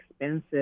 expensive